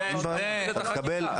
ככה עובדת החקיקה.